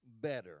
better